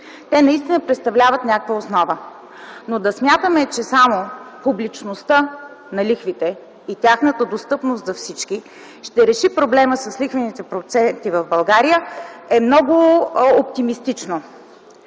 те наистина представляват някаква основа. Но да смятаме, че само публичността на лихвите и тяхната достъпност за всички ще реши проблема с лихвените проценти в България, е много оптимистично.